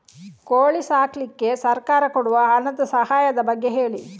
ಕೋಳಿ ಸಾಕ್ಲಿಕ್ಕೆ ಸರ್ಕಾರ ಕೊಡುವ ಹಣದ ಸಹಾಯದ ಬಗ್ಗೆ ಹೇಳಿ